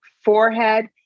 forehead